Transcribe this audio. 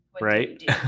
Right